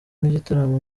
n’igitaramo